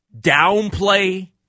downplay